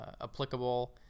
applicable